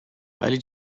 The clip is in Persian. ولی